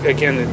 Again